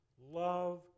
love